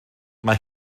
mae